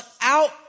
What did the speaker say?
out